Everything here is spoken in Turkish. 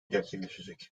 gerçekleşecek